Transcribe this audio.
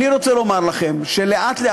אני רוצה לומר לכם שלאט-לאט,